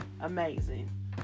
Amazing